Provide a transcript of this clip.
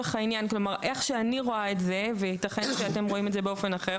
כלומר כמו שאני רואה את זה ויכול להיות שאתם רואים את זה באופן אחר